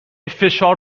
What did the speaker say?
فشار